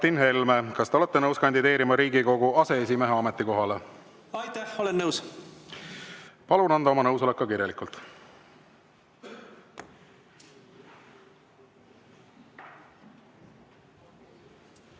Martin Helme, kas te olete nõus kandideerima Riigikogu aseesimehe ametikohale? Olete! Palun anda oma nõusolek ka kirjalikult.